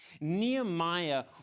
Nehemiah